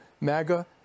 MAGA